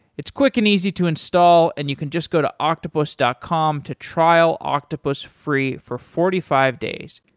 it's quick and easy to install and you can just go to octopus dot com to trial octopus free for forty five days.